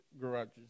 garages